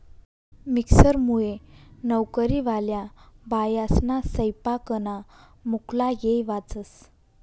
मिक्सरमुये नवकरीवाल्या बायास्ना सैपाकना मुक्ला येय वाचस